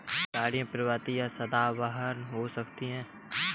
झाड़ियाँ पर्णपाती या सदाबहार हो सकती हैं